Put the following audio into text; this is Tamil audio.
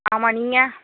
ஆமாம் நீங்கள்